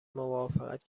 موافقت